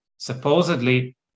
Supposedly